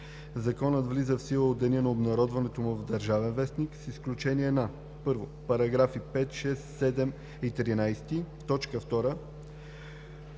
Законът влиза в сила от деня на обнародването му в „Държавен вестник“, с изключение на: 1. параграфи 5, 6 и 7 и § 13, т.